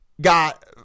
got